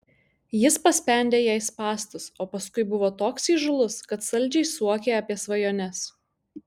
jis paspendė jai spąstus o paskui buvo toks įžūlus kad saldžiai suokė apie svajones